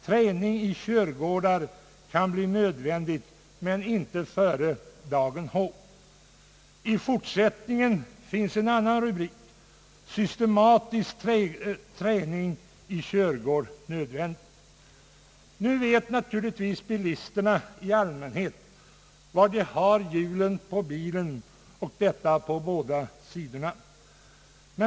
Träning i körgårdar kan bli nödvändigt, men inte före dagen H.> I fortsättningen finns en annan rubrik: »Systematisk träning i körgård nödvändig.» Naturligtvis vet bilisterna i allmänhet var de har hjulen på bilen och detta på båda sidorna.